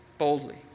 boldly